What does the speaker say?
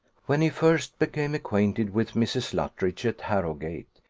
when he first became acquainted with mrs. luttridge at harrowgate,